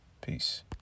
Peace